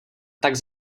tak